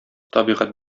табигать